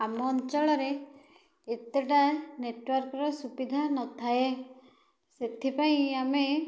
ଆମ ଅଞ୍ଚଳରେ ଏତେଟା ନେଟୱର୍କର ସୁବିଧା ନଥାଏ ସେଥିପାଇଁ ଆମେ